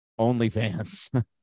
OnlyFans